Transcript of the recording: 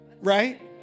right